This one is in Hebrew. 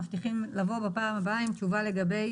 אנחנו מבטיחים לבוא בפעם הבאה עם תשובה לגבי